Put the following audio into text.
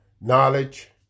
Knowledge